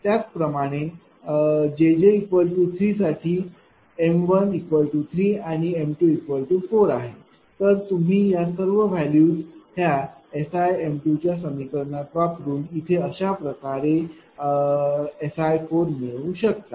त्याचप्रमाणे jj 3साठी m1 3 m2 4 आहे तर तुम्ही या सर्व व्हॅल्यूज ह्या SI च्या समीकरणात वापरून इथे अशाप्रकारे SI मिळवू शकता